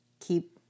keep